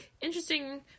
Interesting